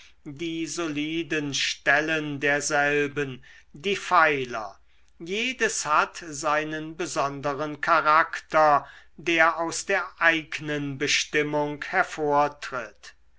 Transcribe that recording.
die soliden stellen derselben die pfeiler jedes hat seinen besonderen charakter der aus der eignen bestimmung hervortritt